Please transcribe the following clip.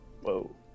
Whoa